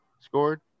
scored